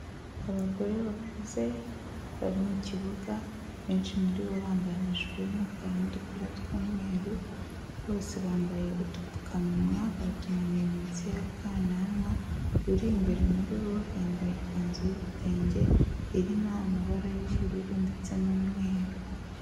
Abagore bakuze bari mu kibuga benshi muri bo bambaye amajipo y'umukara n'udupira tw'umweru, bose bambaye udupfukamunwa batumanuye munsi y'akananwa, uri imbere muri bo yambaye ikanzu y'igitenge irimo amabara y'ubururu ndetse n'umweru.